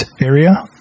area